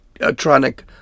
electronic